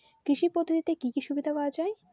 কৃষি পদ্ধতিতে কি কি সুবিধা পাওয়া যাবে?